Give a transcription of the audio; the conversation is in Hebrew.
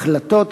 החלטות,